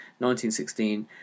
1916